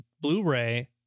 Blu-ray